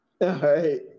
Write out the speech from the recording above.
right